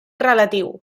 relatiu